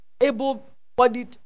able-bodied